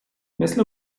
مثل